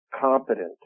competent